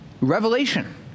Revelation